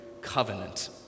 covenant